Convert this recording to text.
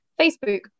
Facebook